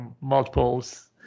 multiples